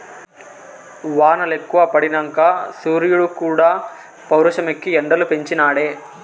వానలెక్కువ పడినంక సూరీడుక్కూడా పౌరుషమెక్కి ఎండలు పెంచి నాడే